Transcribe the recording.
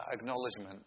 acknowledgement